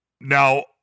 now